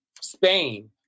Spain